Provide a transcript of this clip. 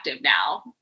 now